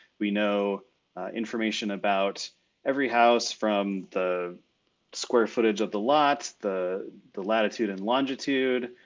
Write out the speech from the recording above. we know information about every house from the square footage of the lot. the the latitude and longitude,